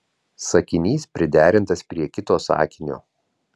sakinys priderintas prie kito sakinio